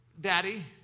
Daddy